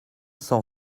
cent